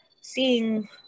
seeing